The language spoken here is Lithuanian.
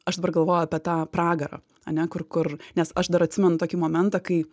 aš dabar galvoju apie tą pragarą ane kur kur nes aš dar atsimenu tokį momentą kai